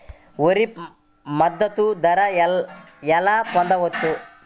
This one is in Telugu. వరి మద్దతు ధర ఎలా పొందవచ్చు?